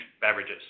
beverages